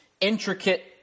intricate